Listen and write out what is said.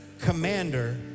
commander